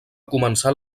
començar